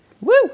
Woo